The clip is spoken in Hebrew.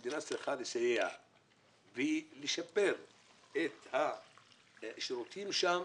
המדינה צריכה לסייע ולשפר את השירותים שם.